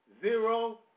zero